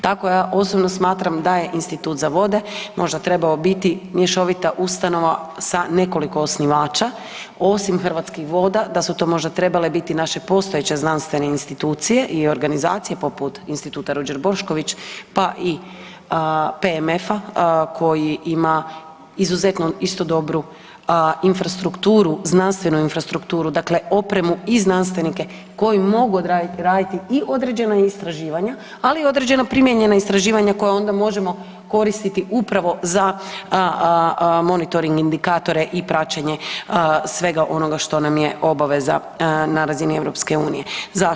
Tako ja osobno smatram da je institut za vode možda trebao biti mješovita ustanova sa nekoliko osnivača, osim Hrvatskih voda, da su to možda trebali biti naše postojeće znanstvene institucije i organizacije poput Instituta Ruđer Bošković pa i PMF-a koji ima izuzetno istu dobru infrastrukturu, znanstvenu infrastrukturu, dakle opremu i znanstvenike koji mogu odraditi i određena istraživanja ali i određena primijenjena istraživanja koja onda možemo koristiti upravo za monitoring, indikatore i praćenje svega onoga što nam je obaveza na razini EU-a.